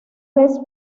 vez